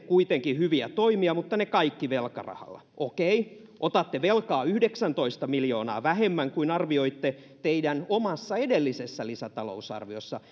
kuitenkin hyviä toimia mutta ne kaikki velkarahalla okei otatte velkaa yhdeksäntoista miljoonaa vähemmän kuin arvioitte teidän omassa edellisessä lisätalousarviossanne